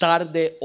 Tarde